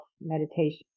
meditation